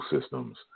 systems